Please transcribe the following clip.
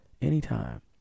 anytime